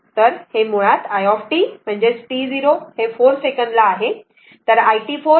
तर हे मुळात i t म्हणजे t 0 4 सेकंदला आहे